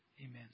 Amen